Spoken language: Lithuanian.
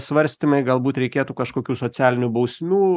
svarstymai galbūt reikėtų kažkokių socialinių bausmių